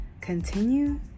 Continue